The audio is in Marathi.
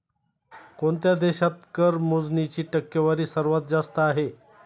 कोणत्या देशात कर मोजणीची टक्केवारी सर्वात जास्त आहे?